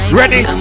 ready